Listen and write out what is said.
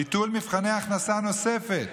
ביטול מבחני הכנסה נוספת